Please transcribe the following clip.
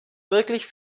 wirklich